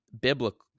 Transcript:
biblical